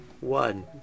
One